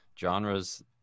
genres